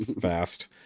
fast